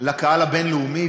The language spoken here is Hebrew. לקהל הבין-לאומי,